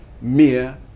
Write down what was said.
Mere